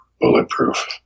bulletproof